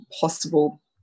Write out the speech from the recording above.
possible